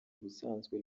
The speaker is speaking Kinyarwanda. ubusanzwe